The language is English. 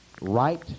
right